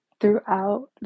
throughout